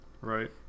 right